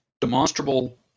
demonstrable